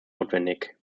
notwendig